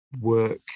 work